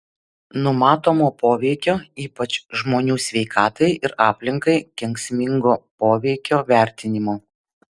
numatomo poveikio ypač žmonių sveikatai ir aplinkai kenksmingo poveikio vertinimo